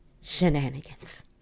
shenanigans